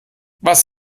was